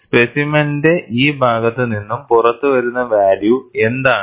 സ്പെസിമെനിന്റെ ഈ ഭാഗത്ത് നിന്നും പുറത്തുവരുന്ന വാല്യൂ എന്താണ്